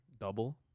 double